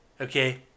okay